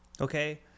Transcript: Okay